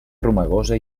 romagosa